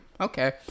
okay